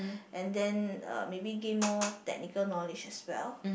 and then uh maybe gain more technical knowledge as well